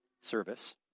service